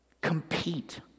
Compete